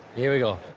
here we go.